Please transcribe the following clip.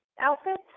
outfits